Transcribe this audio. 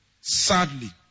Sadly